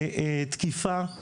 תקיפה,